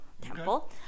temple